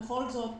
בכל זאת,